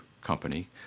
company